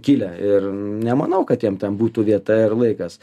kilę ir nemanau kad jiem ten būtų vieta ir laikas